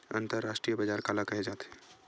अंतरराष्ट्रीय बजार काला कहे जाथे?